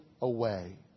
away